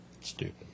stupid